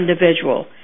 individual